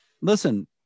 listen